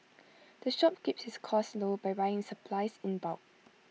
the shop keeps its costs low by buying its supplies in bulk